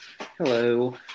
Hello